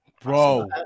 bro